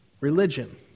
religion